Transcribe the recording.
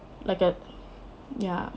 like a ya